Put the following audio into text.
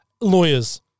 Lawyers